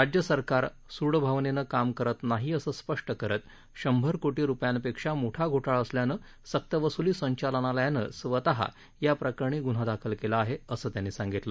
राज्य सरकार सूड भावनेनं काम करत नाही असं स्पष्ट करत शंभर कोटी रुपयांपेक्षा मोठा घोटाळा असल्यानं सक्तवसूली संचालनालयानं स्वतः या प्रकरणी गून्हा दाखल केला आहे असं त्यांनी सांगितलं